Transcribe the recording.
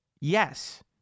Yes